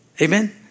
Amen